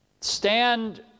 stand